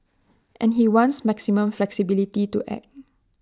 and he wants maximum flexibility to act